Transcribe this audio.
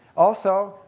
also,